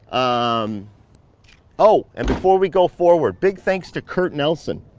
um oh, and before we go forward, big thanks to curt nelson.